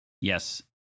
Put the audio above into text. Yes